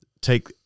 take